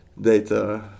data